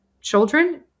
children